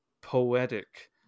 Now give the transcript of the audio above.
poetic